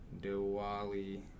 Diwali